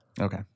Okay